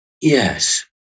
Yes